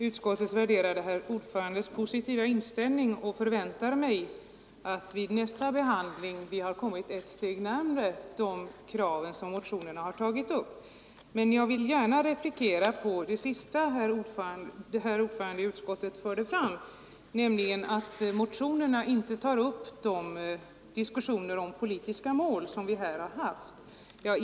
Herr talman! Jag noterar utskottets värderade ordförandes positiva inställning och förväntar mig att vid nästa behandling vi har kommit ett steg närmare de krav motionerna tagit upp. Jag vill gärna replikera på det sista som utskottets ordförande sade, nämligen att motionerna inte tar upp de diskussioner om politiska mål som som förts i det här sammanhanget här i kammaren.